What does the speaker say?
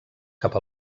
cap